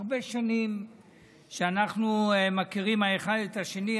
הרבה שנים שאנחנו מכירים האחד את השני,